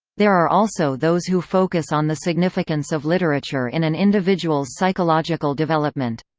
there are also those who focus on the significance of literature in an individual's psychological development.